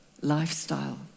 lifestyle